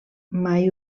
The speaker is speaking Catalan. mai